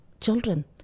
children